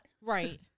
Right